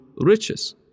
riches